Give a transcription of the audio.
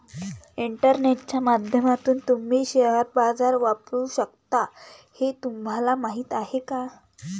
इंटरनेटच्या माध्यमातून तुम्ही शेअर बाजार वापरू शकता हे तुम्हाला माहीत आहे का?